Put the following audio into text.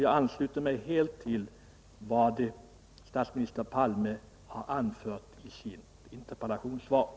Jag ansluter mig helt till vad statsminister Palme har anfört i sitt interpellationssvar.